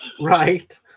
right